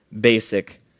basic